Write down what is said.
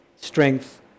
Strength